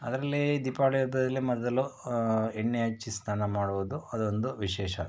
ಅದರಲ್ಲಿ ದೀಪಾವಳಿ ಹಬ್ಬದಲ್ಲಿ ಮೊದಲು ಎಣ್ಣೆ ಹಚ್ಚಿ ಸ್ನಾನ ಮಾಡುವುದು ಅದೊಂದು ವಿಶೇಷ